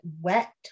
wet